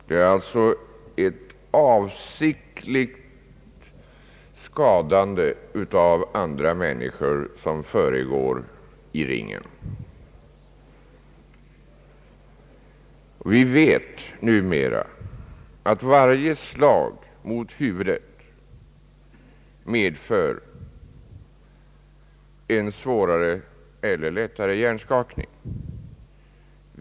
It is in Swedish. Det är alltså ett avsiktligt skadande av andra människor som försiggår i ringen. Vi vet numera att varje slag mot huvudet medför en svårare eller lättare hjärnskakning.